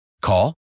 Call